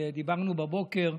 דיברנו בבוקר.